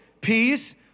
peace